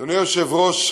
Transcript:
אדוני היושב-ראש,